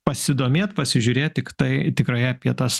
pasidomėt pasižiūrėt tiktai tikrai apie tas